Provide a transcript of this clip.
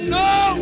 no